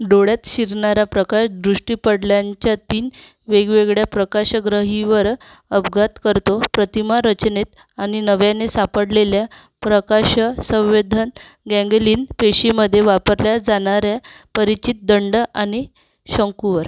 डोळ्यात शिरणारा प्रकाश दृष्टिपटलांच्या तीन वेगवेगळ्या प्रकाशग्रहीवर अपघात करतो प्रतिमा रचनेत आणि नव्याने सापडलेल्या प्रकाश संवेदन गँगलिन पेशीमधे वापरल्या जाणाऱ्या परिचित दंड आणि शंकूवर